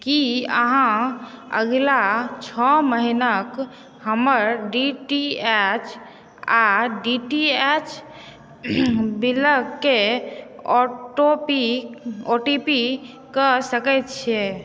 की अहाँ अगिला छओ महीनाक हमर डी टी एच आ डी टी एच बिल केँ ऑटो पे कऽ सकैत छियैक